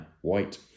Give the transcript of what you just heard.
white